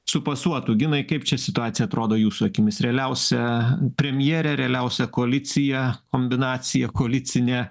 supasuotų ginai kaip čia situacija atrodo jūsų akimis realiausia premjerė realiausia koalicija kombinacija koalicinė